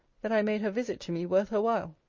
that i made her visit to me worth her while.